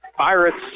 Pirates